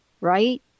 right